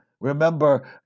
Remember